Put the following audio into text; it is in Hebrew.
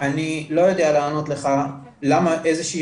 אני לא יודע לענות לך למה איזה שהיא